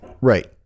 Right